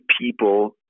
people